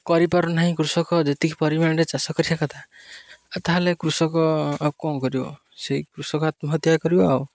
କରିପାରୁନାହିଁ କୃଷକ ଯେତିକି ପରିମାଣରେ ଚାଷ କରିବା କଥା ଆଉ ତାହେଲେ କୃଷକ ଆଉ କଣ କରିବ ସେଇ କୃଷକ ଆତ୍ମହତ୍ୟା କରିବ ଆଉ